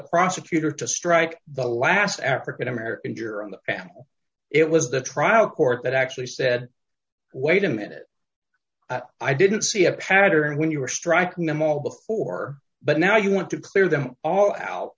prosecutor to strike the last african american juror on the panel it was the trial court that actually said wait a minute i didn't see a pattern when you were striking them all before but now you want to clear them all out